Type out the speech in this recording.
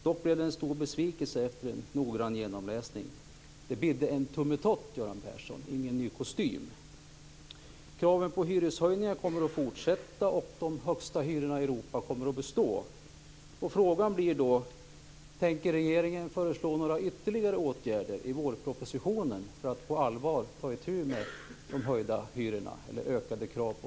Dock blev den en stor besvikelse efter en noggrann genomläsning. Det bidde en tummetott, Göran Persson, och ingen ny kostym! Kraven på hyreshöjningar kommer att fortsätta, och de högsta hyrorna i Europa kommer att bestå.